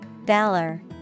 Valor